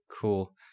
cool